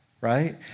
right